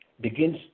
begins